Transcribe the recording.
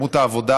לכמות העבודה